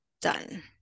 done